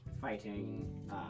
fighting